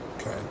Okay